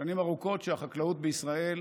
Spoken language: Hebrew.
שנים ארוכות שהחקלאות בישראל